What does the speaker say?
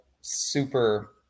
super